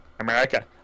America